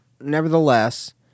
nevertheless